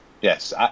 yes